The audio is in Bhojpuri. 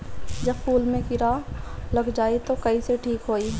जब फूल मे किरा लग जाई त कइसे ठिक होई?